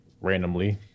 randomly